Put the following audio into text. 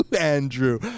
Andrew